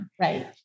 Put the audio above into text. right